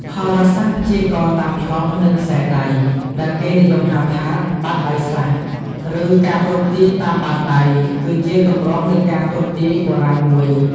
ហោរាសាស្ត្រព្យាករណ៍តាមប្លង់ និងខ្សែដៃ ដែលគេនិយមហៅថា បាតដៃសាស្រ្ត ឬ ការទស្សន៍ទាយតាមបាតដៃ គឺជាទម្រង់នៃការទស្សន៍ទាយបុរាណមួយ។